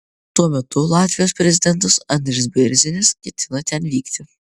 tuo metu latvijos prezidentas andris bėrzinis ketina ten vykti